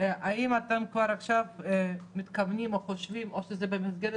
האם אתם כבר עכשיו מתכוונים או חושבים או שזה במסגרת